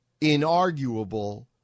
inarguable